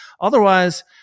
Otherwise